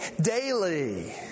daily